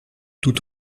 tout